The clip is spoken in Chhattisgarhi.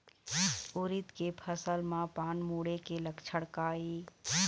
उरीद के फसल म पान मुड़े के लक्षण का ये?